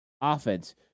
offense